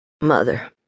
Mother